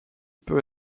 peut